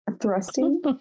Thrusting